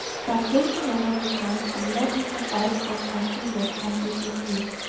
that gave me another turn, and led me to wipe off my finger on his sleeve.